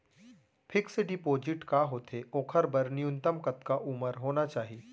Fix deposit का होथे ओखर बर न्यूनतम कतका उमर होना चाहि?